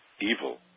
evil